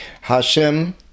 Hashem